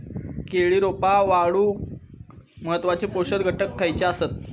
केळी रोपा वाढूक महत्वाचे पोषक घटक खयचे आसत?